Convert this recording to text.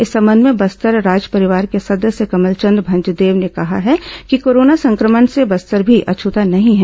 इस संबंध में बस्तर राजपरिवार के सदस्य कमलचंद भंजदेव ने कहा है कि कोरोना संक्रमण से बस्तर भी अछ्ता नहीं है